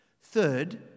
Third